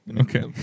Okay